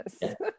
Yes